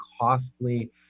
costly